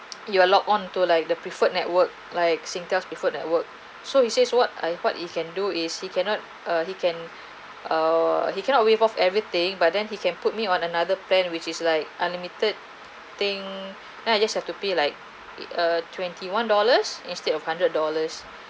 you are log onto like the preferred network like singtel's preferred network so he says what I what he can do is he cannot err he can err he cannot waive off everything but then he can put me on another plan which is like unlimited thing then I just have to pay like a twenty one dollars instead of hundred dollars